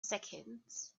seconds